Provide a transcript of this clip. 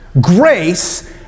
grace